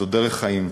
זו דרך חיים.